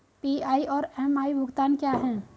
PI और MI भुगतान क्या हैं?